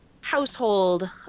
household